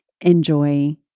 enjoy